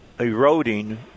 eroding